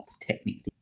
technically